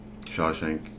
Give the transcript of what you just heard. Shawshank